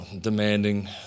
demanding